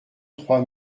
trois